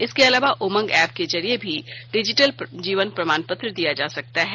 इसके अलावा उमंग ऐप के जरिए भी डिजिटल जीवन प्रमाणपत्र दिया जा सकता है